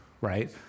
right